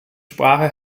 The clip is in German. sprache